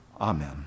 Amen